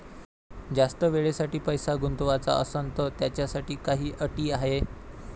जास्त वेळेसाठी पैसा गुंतवाचा असनं त त्याच्यासाठी काही अटी हाय?